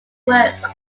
works